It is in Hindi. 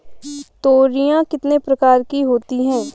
तोरियां कितने प्रकार की होती हैं?